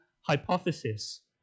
hypothesis